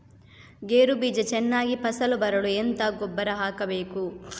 ಗೇರು ಬೀಜ ಚೆನ್ನಾಗಿ ಫಸಲು ಬರಲು ಎಂತ ಗೊಬ್ಬರ ಹಾಕಬೇಕು?